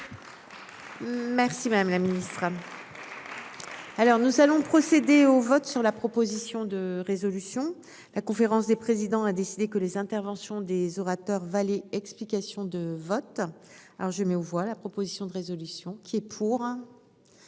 Merci madame la ministre. Alors nous allons procéder au vote sur la proposition de résolution, la conférence des présidents, a décidé que les interventions des orateurs Vali explications de vote. Alors je mets aux voix, la proposition de résolution qui et pour.